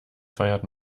feiert